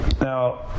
Now